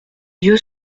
dieu